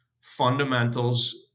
Fundamentals